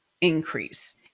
increase